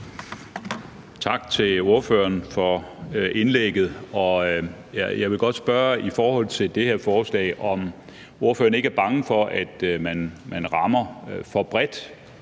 Tak til ordføreren for indlægget. Jeg vil godt spørge i forhold til det her forslag, om ordføreren ikke er bange for, at man rammer for bredt.